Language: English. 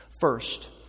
First